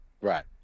Right